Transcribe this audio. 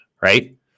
right